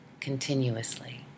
continuously